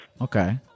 Okay